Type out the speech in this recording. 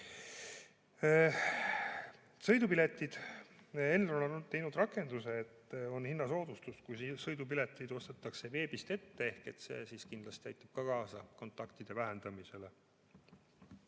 Sõidupiletid. Elron on teinud rakenduse, et on hinnasoodustus, kui sõidupileteid ostetakse veebist ette. See kindlasti aitab ka kaasa kontaktide vähendamisele.